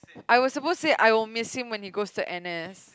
I was supposed to say I will miss him when he goes to n_s